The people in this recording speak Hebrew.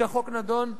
כשהחוק נדון,